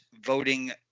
voting